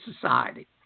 society